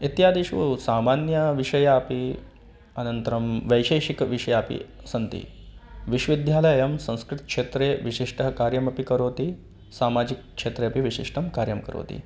इत्यादिषु सामान्यविषयाः अपि अनन्तरं वैशेषिक विषयापि सन्ति विश्वविद्यालयं संस्कृतक्षेत्रे विशिष्टः कार्यमपि करोति सामाजिकक्षेत्रे अपि विशिष्टं कार्यं करोति